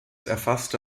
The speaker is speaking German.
erfasste